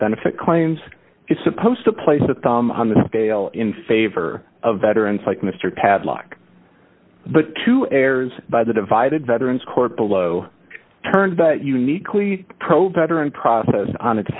benefit claims is supposed to place a thumb on the scale in favor of veterans like mr padlock but two errors by the divided veterans court below turned that uniquely pro better and process on its